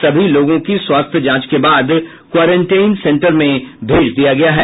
सभी लोगों के स्वास्थ्य जांच के बाद क्वारेंटाइन सेन्टर में भेज दिया गया है